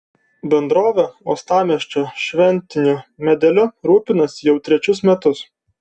bendrovė uostamiesčio šventiniu medeliu rūpinasi jau trečius metus